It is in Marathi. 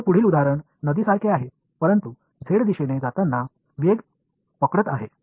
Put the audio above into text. माझे पुढील उदाहरण नदीसारखे आहे परंतु z दिशेने जाताना वेग पकडत आहे